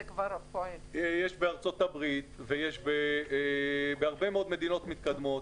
יש בארצות הברית ויש בהרבה מאוד מדינות מתקדמות.